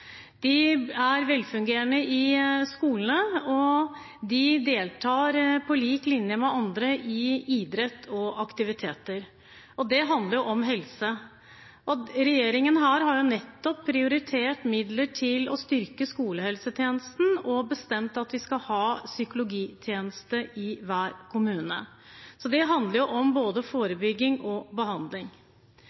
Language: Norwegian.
De er velfungerende i skolen, og de deltar på lik linje med andre i idrett og aktiviteter – og det handler jo om helse. Regjeringen har nettopp prioritert midler til å styrke skolehelsetjenesten og bestemt at vi skal ha psykologtjeneste i hver kommune. Så dette handler om både forebygging og behandling.